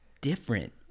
different